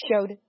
showed